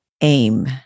AIM